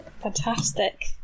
Fantastic